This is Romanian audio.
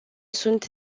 sunt